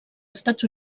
estats